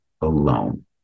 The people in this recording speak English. alone